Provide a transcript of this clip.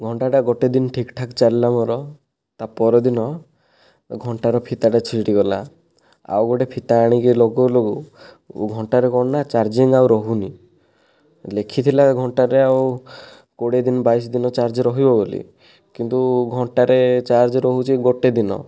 ଘଣ୍ଟାଟା ଗୋଟିଏ ଦିନ ଠିକ୍ ଠାକ୍ ଚାଲିଲା ମୋର ତା'ପରଦିନ ଘଣ୍ଟାର ଫିତାଟା ଛିଡ଼ିଗଲା ଆଉ ଗୋଟିଏ ଫିତା ଆଣିକି ଲଗାଉ ଲଗାଉ ଘଣ୍ଟାର କ'ଣ ନା ଚାର୍ଜିଙ୍ଗ ଆଉ ରହୁନି ଲେଖିଥିଲା ଘଣ୍ଟାରେ ଆଉ କୋଡ଼ିଏ ଦିନ ବାଇଶ ଦିନ ଚାର୍ଜ ରହିବ ବୋଲି କିନ୍ତୁ ଘଣ୍ଟାରେ ଚାର୍ଜ ରହୁଛି ଗୋଟିଏ ଦିନ